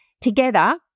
Together